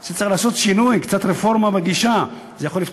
זה יותר הגיוני, לא?